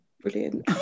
Brilliant